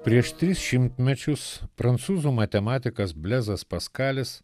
prieš tris šimtmečius prancūzų matematikas blezas paskalis